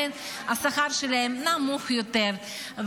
לכן השכר שלהם נמוך יותר,